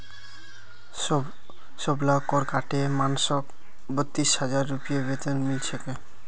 सबला कर काटे मानसक बत्तीस हजार रूपए वेतन मिल छेक